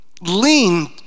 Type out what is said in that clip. lean